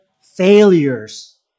failures